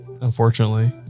unfortunately